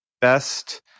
best